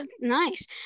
Nice